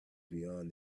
beyond